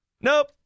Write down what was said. nope